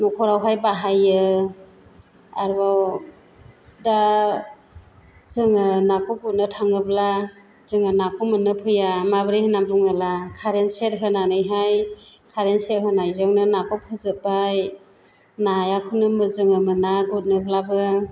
न'खरावहाय बाहायो आरोबाव दा जोंङो नाखौ गुरनो थांङोब्ला जोङो नाखौ मोननो फैया माबोरै होननानै बुङोला कारेन स'ख होनानै कारेन स'ख होनानैनो नाखौ फोजोबबाय नायाखौनो जोङो मोना गुदनोब्लाबो